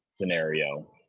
scenario